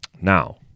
Now